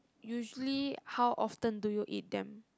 usually how often do you eat them